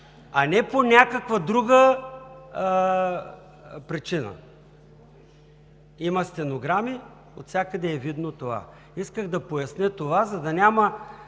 а не по някаква друга причина. Има стенограми и това е видно отвсякъде. Исках да поясня това, за да няма